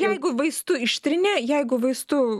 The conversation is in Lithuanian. jeigu vaistu ištrini jeigu vaistu